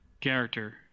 character